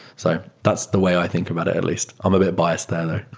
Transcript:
so that's the way i think about it at least. i'm a bit biased there though.